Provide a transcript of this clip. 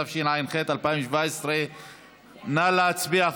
התשע"ח 2017. נא להצביע,